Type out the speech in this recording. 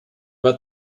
war